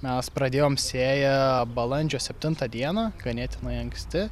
mes pradėjom sėją balandžio septintą dieną ganėtinai anksti